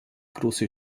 große